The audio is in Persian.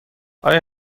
آیا